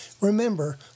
Remember